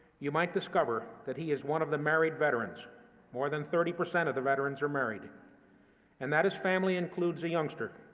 you might discover that he is one of the married veterans more than thirty percent of the veterans are married and that his family includes a youngster.